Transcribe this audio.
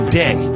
day